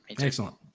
Excellent